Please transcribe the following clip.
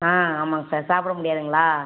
ஆ ஆமாங்க சார் சாப்பிட முடியாதுங்களா